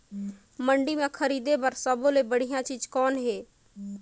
मंडी म खरीदे बर सब्बो ले बढ़िया चीज़ कौन हे?